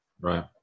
Right